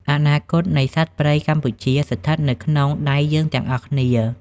អនាគតនៃសត្វព្រៃកម្ពុជា ស្ថិតនៅក្នុងដៃយើងទាំងអស់គ្នា។